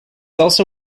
also